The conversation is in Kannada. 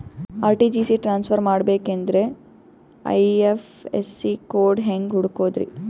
ಆರ್.ಟಿ.ಜಿ.ಎಸ್ ಟ್ರಾನ್ಸ್ಫರ್ ಮಾಡಬೇಕೆಂದರೆ ಐ.ಎಫ್.ಎಸ್.ಸಿ ಕೋಡ್ ಹೆಂಗ್ ಹುಡುಕೋದ್ರಿ?